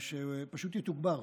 שיתוגבר.